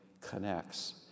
connects